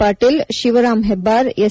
Patil Shivaram Hebbar S